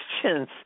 questions